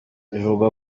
bivugwa